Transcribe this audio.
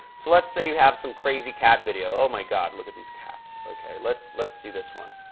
so, let's say you have some crazy cat video. oh, my god, look at these cats, okay? let's let's see this one.